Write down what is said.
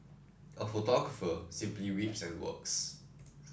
a photographer simply weeps and works